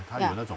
ya